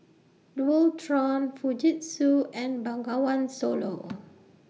Dualtron Fujitsu and Bengawan Solo